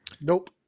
nope